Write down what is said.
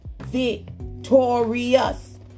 victorious